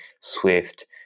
Swift